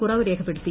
കുറവ് രേഖപ്പെടുത്തി